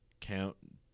Count